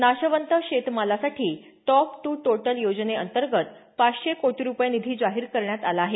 नाशवंत शेतमालासाठी TOP to total योजनेअंतर्गत पाचशे कोटी रुपये निधी जाहीर करण्यात आला आहे